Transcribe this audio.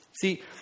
See